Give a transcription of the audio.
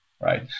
right